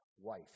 wife